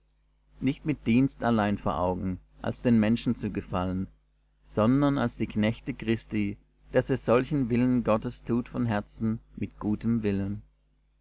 nicht mit dienst allein vor augen als den menschen zu gefallen sondern als die knechte christi daß ihr solchen willen gottes tut von herzen mit gutem willen